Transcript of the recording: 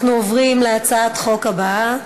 אנחנו עוברים להצעת החוק הבאה,